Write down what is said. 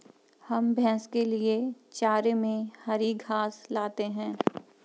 हम भैंस के लिए चारे में हरी घास लाते हैं